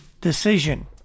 decision